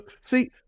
See